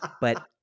but-